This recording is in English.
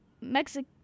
Mexican